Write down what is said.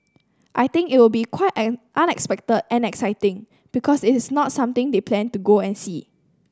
I think it will be quite unexpected and exciting because it's not something they plan to go and see